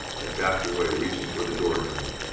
i backed away, reaching for the door-handle.